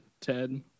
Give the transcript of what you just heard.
Ted